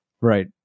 right